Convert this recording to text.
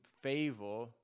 favor